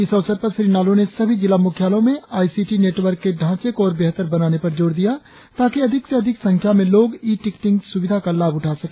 इस अवसर पर श्री नालों ने सभी जिला मुख्यालयों में आई सी टी नेटवर्क के ढांचे को और बेहतर बनाने पर जोर दिया ताकि अधिक से अधिक संख्या में लोग ई टिकटिंग सुविधा का लाभ उठा सके